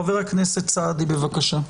חבר הכנסת סעדי בבקשה.